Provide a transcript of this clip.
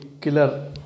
killer